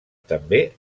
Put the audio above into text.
també